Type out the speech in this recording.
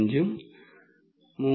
95 ഉം 3